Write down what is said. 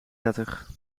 dertig